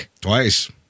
Twice